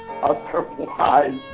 Otherwise